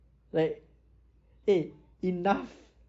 like eh enough